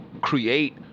create